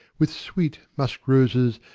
with sweet musk-roses,